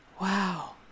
wow